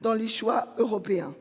dans les choix européens.